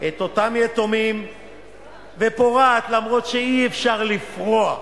את אותם יתומים ופורעת, למרות שאי-אפשר לפרוע,